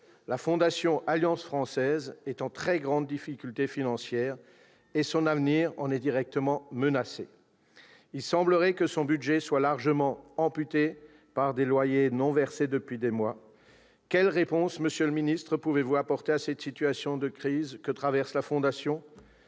La Fondation Alliance française est en très grande difficulté financière et son avenir en est directement menacé. Il semblerait que son budget soit largement amputé par des loyers non versés depuis des mois. Quelle réponse, monsieur le ministre, pouvez-vous apporter à cette situation de crise ? Je rentre d'un